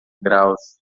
graus